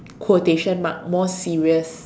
quotation mark more serious